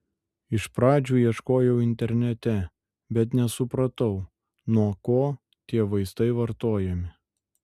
iš pradžių ieškojau internete bet nesupratau nuo ko tie vaistai vartojami